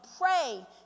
pray